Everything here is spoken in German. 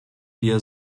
wir